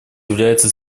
являются